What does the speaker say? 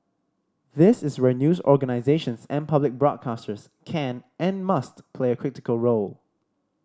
this is where news organisations and public broadcasters can and must play a critical role